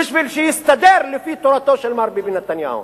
כדי שיסתדר לפי תורתו של מר נתניהו.